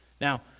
Now